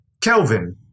Kelvin